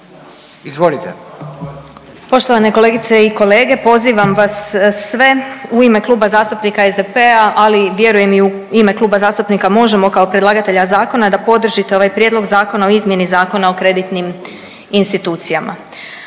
(SDP)** Poštovane kolegice i kolege, pozivam vas sve u ime Kluba zastupnika SDP-a, ali vjerujem i u ime Kluba zastupnika Možemo! kao predlagatelja zakona da podržite ovaj Prijedlog zakona o izmjeni Zakona o kreditnim institucijama.